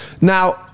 now